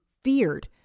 feared